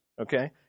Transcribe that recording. okay